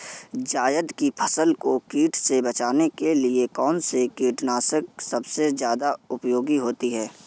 जायद की फसल को कीट से बचाने के लिए कौन से कीटनाशक सबसे ज्यादा उपयोगी होती है?